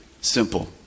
simple